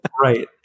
Right